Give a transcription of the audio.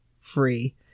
free